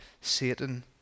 Satan